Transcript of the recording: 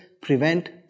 prevent